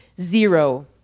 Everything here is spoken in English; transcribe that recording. zero